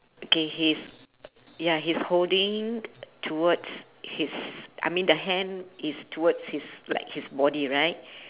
okay he's ya he's holding towards his I mean the hand is towards his like his body right